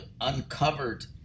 uncovered